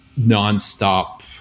nonstop